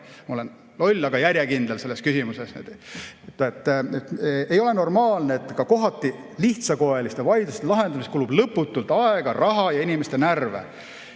küsimuses loll, aga järjekindel. Ei ole normaalne, et ka kohati lihtsakoeliste vaidluste lahendamiseks kulub lõputult aega, raha ja inimeste närve.